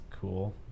cool